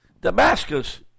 Damascus